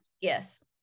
yes